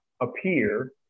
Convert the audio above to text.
appear